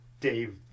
Dave